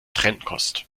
trennkost